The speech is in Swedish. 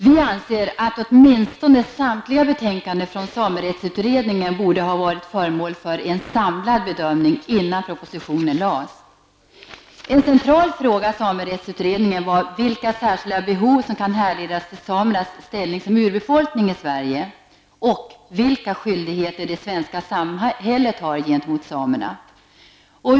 Vi anser att åtminstone samtliga betänkanden från samerättsutredningen borde ha varit föremål för en samlad bedömning innan propositionen lades. En central fråga i samerättsutredningen var vilka särskilda behov som härleddes till samernas ställning som urbefolkning i Sverige och vilka skyldigheter det svenska samhället har gentemot samerna.